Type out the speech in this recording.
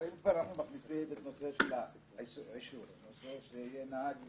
אפשר להביא את הנושא הזה לפיילוט.